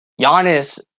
Giannis